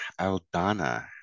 Aldana